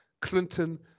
Clinton